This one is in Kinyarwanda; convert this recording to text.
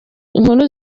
inkuru